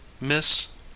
Miss